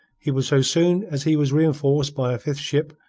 he would so soon as he was reenforced by a fifth ship,